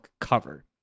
cover